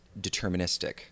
deterministic